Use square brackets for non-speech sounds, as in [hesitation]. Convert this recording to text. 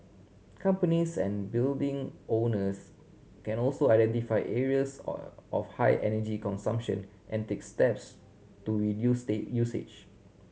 companies and building owners can also identify areas [hesitation] of high energy consumption and take steps to reduce stay usage